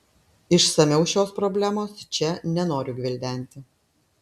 išsamiau šios problemos čia nenoriu gvildenti